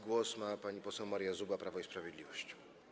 Głos ma pani poseł Maria Zuba, Prawo i Sprawiedliwość.